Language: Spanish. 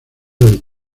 del